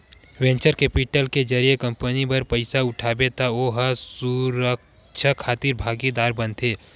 venture capital के जरिए company बर पइसा उठाबे त ओ ह सुरक्छा खातिर भागीदार बनथे